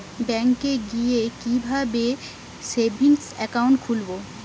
ব্যাঙ্কে গিয়ে কিভাবে সেভিংস একাউন্ট খুলব?